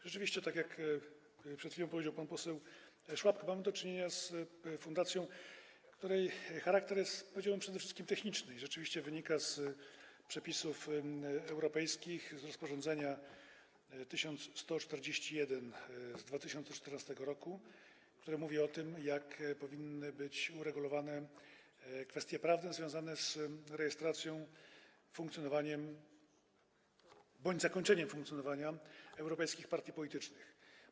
Rzeczywiście, tak jak przed chwilą powiedział pan poseł Szłapka, mamy do czynienia z ustawą, której charakter jest, powiedziałbym, przede wszystkim techniczny i wynika z przepisów europejskich, z rozporządzenia nr 1141 z 2014 r., które mówi o tym, jak powinny być uregulowane kwestie prawne związane z rejestracją, funkcjonowaniem bądź zakończeniem funkcjonowania europejskich partii politycznych.